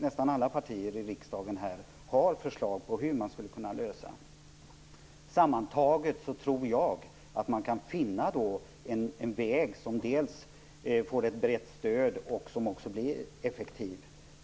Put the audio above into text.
Nästan alla partier i riksdagen har förslag på hur man skulle kunna lösa problemet. Sammantaget tror jag att man kan finna en väg som får ett brett stöd och som också blir effektiv.